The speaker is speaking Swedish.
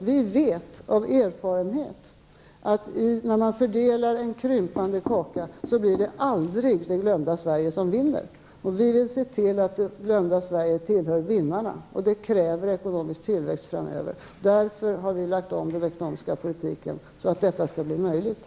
Vi vet av erfarenhet att när man fördelar en krympande kaka, blir det aldrig det glömda Sverige som vinner. Vi vill se till att det glömda Sverige hör till vinnarna, och det kräver ekonomisk tillväxt framöver. Det är för att detta skall bli möjligt som regeringen har lagt om den ekonomiska politiken.